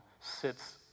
sits